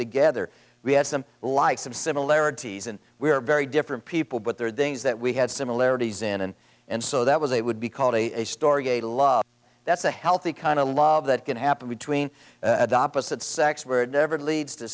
together we have some like some similarities and we're very different people but there are things that we had similarities in and and so that was it would be called a story gay love that's a healthy kind of love that can happen between the opposite sex were never leads to